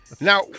Now